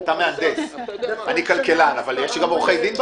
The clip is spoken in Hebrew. אתה מהנדס, אני כלכלן, אבל יש עורכי דין.